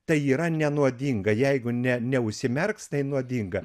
tai yra nenuodinga jeigu ne neužsimerks tai nuodinga